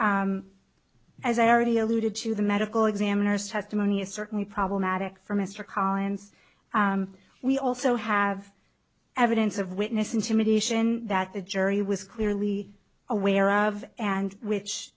think as i already alluded to the medical examiner's testimony is certainly problematic for mr collins we also have evidence of witness intimidation that the jury was clearly aware of and which